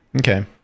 okay